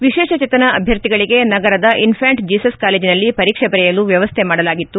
ವಿಶೇಷಚೇತನ ಅಭ್ಯರ್ಥಿಗಳಿಗೆ ನಗರದ Infant Jesus ಕಾಲೇಜಿನಲ್ಲಿ ಪರೀಕ್ಷೆ ಬರೆಯಲು ಮ್ಯವಸ್ಥೆ ಮಾಡಲಾಗಿತ್ತು